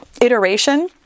iteration